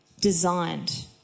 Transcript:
designed